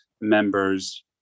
members